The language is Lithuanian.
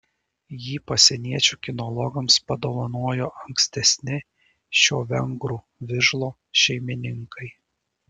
jį pasieniečių kinologams padovanojo ankstesni šio vengrų vižlo šeimininkai